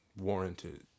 warranted